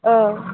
ओ